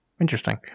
interesting